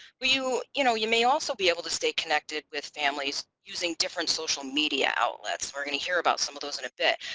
you you know you may also be able to stay connected with families using different social media outlets we're gonna hear about some of those in a bit.